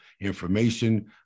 information